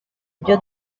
ibyo